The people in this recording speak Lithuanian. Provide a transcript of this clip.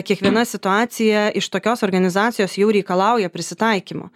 kiekviena situacija iš tokios organizacijos jau reikalauja prisitaikymo